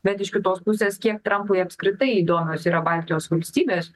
bet iš kitos pusės kiek trampui apskritai įdomios yra baltijos valstybės